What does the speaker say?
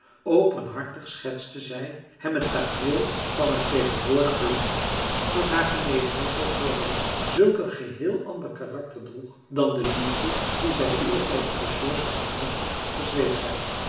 openhartig schetste zij hem het tafereel van haar tegenwoordig geluk dat haar genegenheid voor poiré zulk een geheel ander karakter droeg dan de liefde die zij eertijds voor george had gekoesterd verzweeg zij